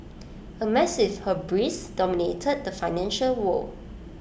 A massive hubris dominated the financial world